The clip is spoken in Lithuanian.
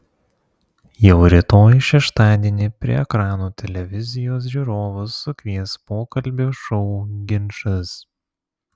jau rytoj šeštadienį prie ekranų televizijos žiūrovus sukvies pokalbių šou ginčas